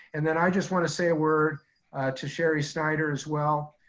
and then i just wanna say a word to sherri snyder as well.